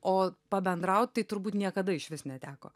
o pabendraut tai turbūt niekada išvis neteko